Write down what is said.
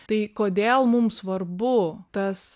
tai kodėl mums svarbu tas